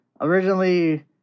originally